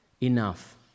Enough